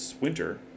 winter